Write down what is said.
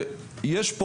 יש פה,